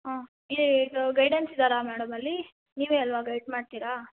ಹಾಂ ಇದು ಗೈಡೆನ್ಸ್ ಇದ್ದಾರಾ ಮೇಡಮ್ ಅಲ್ಲಿ ನೀವೇ ಅಲ್ಲವಾ ಗೈಡ್ ಮಾಡ್ತೀರಾ